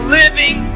living